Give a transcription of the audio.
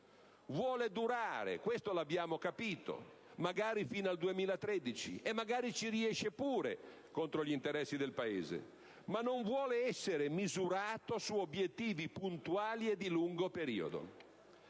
Vuole durare - questo lo abbiamo capito - fino al 2013, e magari ci riesce, pure contro gli interessi del Paese, ma non vuole essere misurato su obiettivi puntuali e di lungo periodo.